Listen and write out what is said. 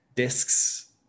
discs